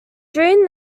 during